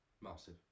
Massive